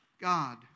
God